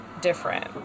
different